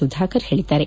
ಸುಧಾಕರ್ ಹೇಳಿದ್ದಾರೆ